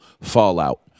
fallout